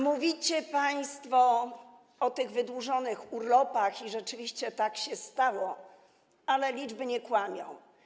Mówicie państwo o wydłużonych urlopach, rzeczywiście tak się stało, ale liczby nie kłamią.